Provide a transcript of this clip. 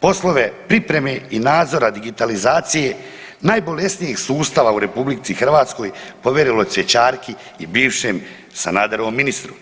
poslove pripreme i nadzora digitalizacije najbolesnijih sustava u RH povjerilo cvjećarki i bivšem Sanaderovom ministru.